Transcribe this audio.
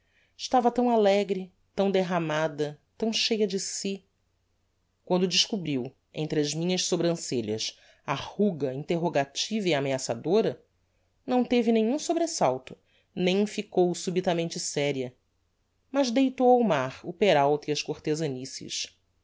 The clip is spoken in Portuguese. estava tão alegre tão derramada tão cheia de si quando descobriu entre as minhas sobrancelhas a ruga interrogativa e ameaçadora não teve nenhum sobresalto nem ficou subitamente séria mas deitou ao mar o peralta e as